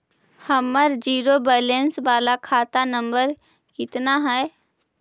हमर zero balance बाला खाता नम्बर कितना है?